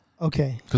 okay